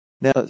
Now